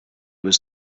was